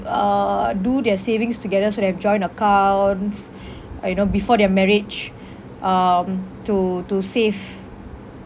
uh do their savings together so they have joint accounts uh you know before their marriage um to to save